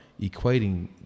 equating